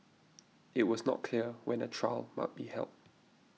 it was not clear when a trial might be held